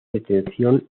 detención